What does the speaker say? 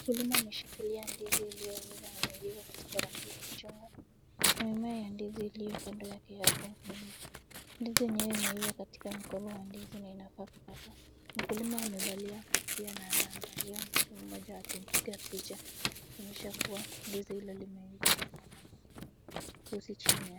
Mkulima ameshikilia ndizi iliyoiva na haijeiva katika rangi ya kichungu. Kuna mimea ya ndizi iliyo kando yake hapo mengi. Ndizi yenyewe imeiva katika mkoba wa ndizi na inafaa kukatwa. Mkulima amevalia kofia na anaangalia mtu mmoja akimpiga picha kuonyesha kuwa ndizi hilo limeiva na linataka uza chini ya.